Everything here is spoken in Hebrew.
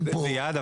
יעד.